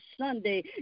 Sunday